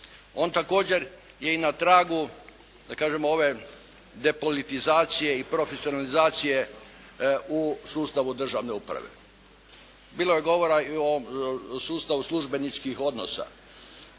On također je i na tragu, da kažem ove depolitizacije i profesionalizacije u sustavu državne uprave. Bilo je govora i o ovom sustavu službeničkih odnosa.